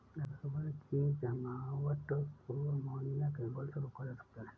rubber की जमावट को अमोनिया के घोल से रोका जा सकता है